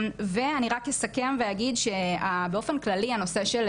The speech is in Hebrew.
אני רק אסכם ואגיד שבאופן כללי הנושא של